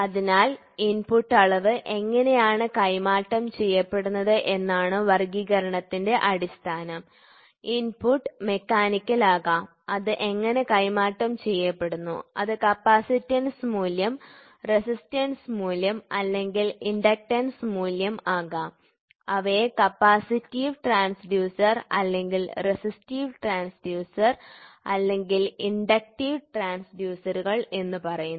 അതിനാൽ ഇൻപുട്ട് അളവ് എങ്ങനെയാണ് കൈമാറ്റം ചെയ്യപ്പെടുന്നത് എന്നതാണ് വർഗ്ഗീകരണത്തിന്റെ അടിസ്ഥാനം ഇന്പുട് മെക്കാനിക്കൽ ആകാം അത് എങ്ങനെ കൈമാറ്റം ചെയ്യപ്പെടുന്നു അത് കപ്പാസിറ്റൻസ് മൂല്യം റെസിസ്റ്റൻസ് മൂല്യം അല്ലെങ്കിൽ ഇൻഡക്റ്റൻസ് മൂല്യം ആകാം അവയെ കപ്പാസിറ്റീവ് ട്രാൻഡ്യൂസർ അല്ലെങ്കിൽ റെസിസ്റ്റീവ് ട്രാൻഡ്യൂസർ അല്ലെങ്കിൽ ഇൻഡക്റ്റീവ് ട്രാൻസ്ഡ്യൂസറുകൾ എന്ന് പറയുന്നു